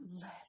less